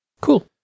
Cool